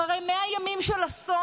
אחרי 100 ימים של אסון,